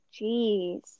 Jeez